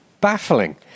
Baffling